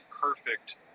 perfect